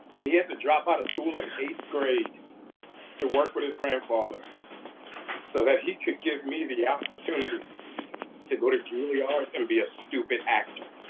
and he had to drop out of school in eighth grade to work with his grandfather so that he could give me the opportunity to go to juilliard and be a stupid actor.